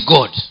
God